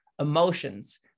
emotions